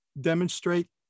demonstrate